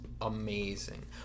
amazing